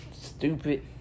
stupid